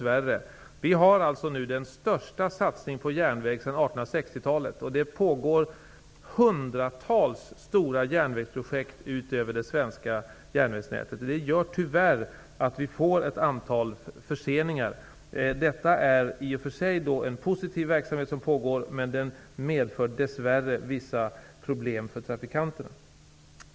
Vi har nu den största satsningen på järnväg sedan 1860-talet. Det pågår hundratals stora järnvägsprojekt ut över det svenska järnvägsnätet. Det gör tyvärr att vi får ett antal förseningar. Det är i och för sig en positiv verksamhet som pågår, men den medför dess värre vissa problem för trafikanterna.